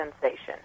sensation